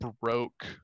broke